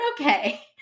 okay